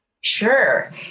Sure